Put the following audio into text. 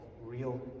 real